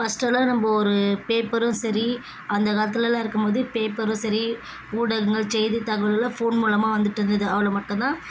ஃபஸ்ட்டெல்லாம் நம்ம ஒரு பேப்பரும் சரி அந்த காலத்திலலாம் இருக்கும்போது பேப்பரும் சரி ஊடகங்கள் செய்தி தகவல்களை ஃபோன் மூலமாக வந்துட்டு இருந்தது அவளை மட்டுந்தான்